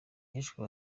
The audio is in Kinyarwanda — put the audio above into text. hishwe